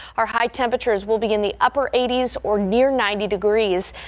our high temperatures will be in the upper eighty s or near ninety degrees.